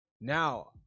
Now